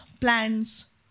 plans